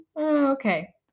Okay